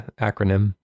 acronym